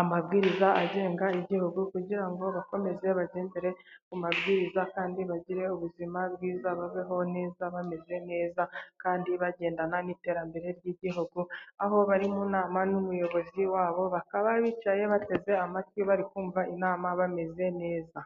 amabwiriza agenga igihugu, kugira ngo bakomeze bagendere ku mabwiriza kandi bagire ubuzima bwiza babeho neza bameze neza, kandi bagendana n'iterambere ry'Igihugu aho bari mu nama n'umuyobozi wabo, bakaba bicaye bateze amatwi bari kumva inama bameze neza.